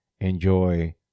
enjoy